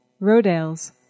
Rodale's